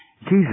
Jesus